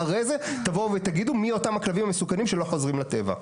אחרי זה תבואו ותגידו מי אותם הכלבים המסוכנים שלא חוזרים לטבע.